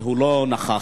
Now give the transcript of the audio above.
הוא לא נכח,